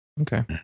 okay